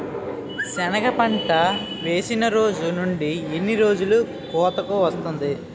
సెనగ పంట వేసిన రోజు నుండి ఎన్ని రోజుల్లో కోతకు వస్తాది?